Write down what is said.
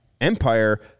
empire